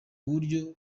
buryo